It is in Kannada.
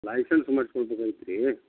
ಲೈಸನ್ಸ್ ಮಾಡ್ಸ್ಕೊಳ್ಬೇಕಾಗಿತ್ತು ರೀ